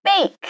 bake